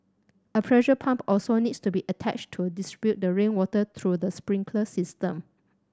a pressure pump also needs to be attached to distribute the rainwater through the sprinkler system